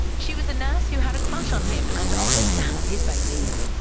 she was a nurse who had a crush on him and offered to have his babies.